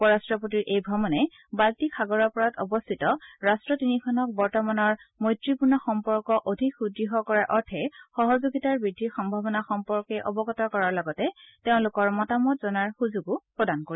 উপৰাট্টপতিৰ এই ভ্ৰমণে বাল্টিক সাগৰৰ পাৰত অৱস্থিত ৰাট্ট তিনিখনক বৰ্তমানৰ মৈত্ৰীপূৰ্ণ সম্পৰ্ক অধিক সুদৃঢ় কৰাৰ অৰ্থে সহযোগিতা বৃদ্ধিৰ সম্ভাৱনা সম্পৰ্কে অৱগত কৰাৰ লগতে তেওঁলোকৰ মতামত জনাৰ সুযোগো প্ৰদান কৰিব